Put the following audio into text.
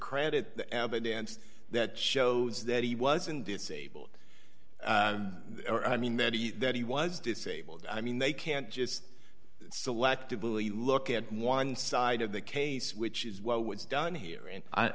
credit the evidence that shows that he wasn't disable it i mean that he that he was disabled i mean they can't just selectively look at one side of the case which is what was done here and